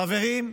חברים,